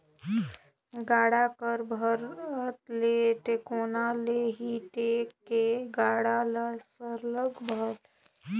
गाड़ा कर भरत ले टेकोना ले ही टेक के गाड़ा ल सरलग भरे